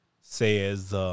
says